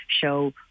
show